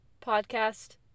podcast